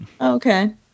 Okay